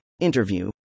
Interview